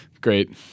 great